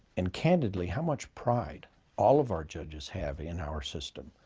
and candidly, how much pride all of our judges have in our system,